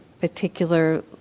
particular